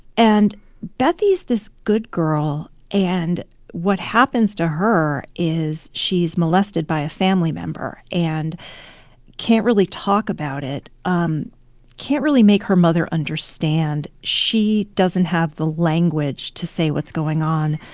and bethie's this good girl, and what happens to her is she's molested by a family member and can't really talk about it, um can't really make her mother understand. she doesn't have the language to say what's going on,